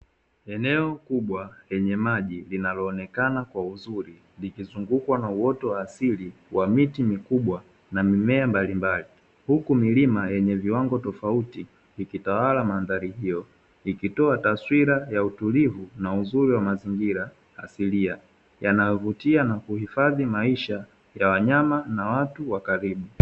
Eneo kubwa lenye maji linaloonekana kwa uzuri likizungukwa na uoto wa asili wa miti mikubwa na mimea mbalimbali. Huku milima yenye viwango tofauti ikitawala mandhari hiyo, ikitoa taswira ya utulivu na uzuri wa mazingira asilia yanayovutia na kuhifadhi maisha ya wanyama na watu wa karibu.